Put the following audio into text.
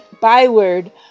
byword